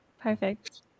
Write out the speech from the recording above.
perfect